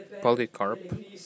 Polycarp